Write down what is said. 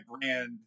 brand